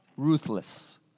ruthless